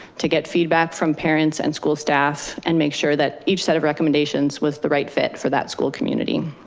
to get feedback from parents and school staff and make sure that each set of recommendations was the right fit for that school community.